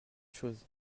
chose